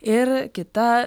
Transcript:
ir kita